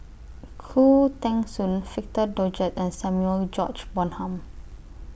Khoo Teng Soon Victor Doggett and Samuel George Bonham